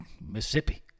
Mississippi